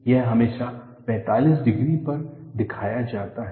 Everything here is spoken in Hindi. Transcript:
यह हमेशा 45 डिग्री पर दिखाया जाता है